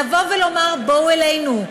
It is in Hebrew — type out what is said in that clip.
לבוא ולומר: בואו אלינו,